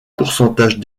pourcentages